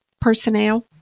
personnel